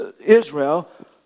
Israel